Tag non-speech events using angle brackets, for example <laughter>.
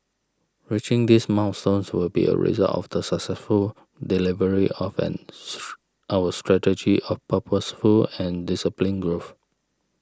reaching these milestones will be a result of the successful delivery of and <unintelligible> our strategy of purposeful and disciplined growth